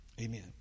Amen